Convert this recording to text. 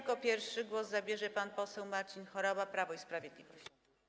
Jako pierwszy głos zabierze pan poseł Marcin Horała, Prawo i Sprawiedliwość.